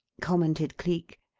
commented cleek.